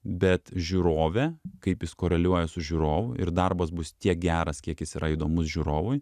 bet žiūrove kaip jis koreliuoja su žiūrovu ir darbas bus tiek geras kiek jis yra įdomus žiūrovui